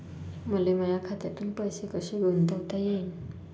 मले माया खात्यातून पैसे कसे गुंतवता येईन?